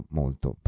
molto